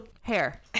hair